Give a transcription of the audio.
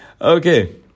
Okay